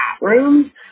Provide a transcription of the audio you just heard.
rooms